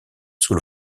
sous